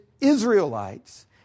Israelites